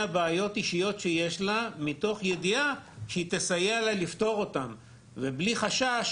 בעיות אישיות שיש לה מתוך ידיעה שהיא תסייע לה לפתור אותם ובלי חשש